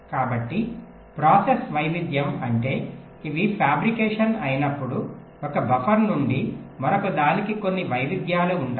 కాబట్టి ప్రాసెస్ వైవిధ్యం అంటే ఇవి ఫ్యాబ్రికేట్ అయినప్పుడు ఒక బఫర్ నుండి మరొకదానికి కొన్ని వైవిధ్యాలు ఉంటాయి